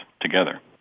together